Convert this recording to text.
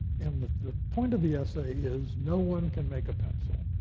and the the point of the essay is no one can make a pencil,